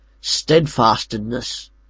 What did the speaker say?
steadfastness